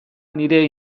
nire